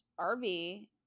RV